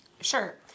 Sure